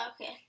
Okay